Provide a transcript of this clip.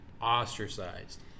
ostracized